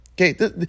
okay